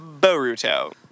Boruto